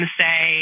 say